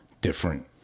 different